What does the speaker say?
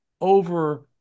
over